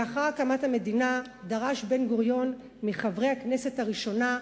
לאחר הקמת המדינה דרש בן-גוריון מחברי הכנסת הראשונה,